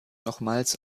nochmals